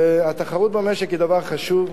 התחרות במשק היא דבר חשוב,